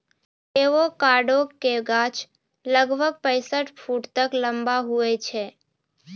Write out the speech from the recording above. avocado के गाछ लगभग पैंसठ फुट तक लंबा हुवै छै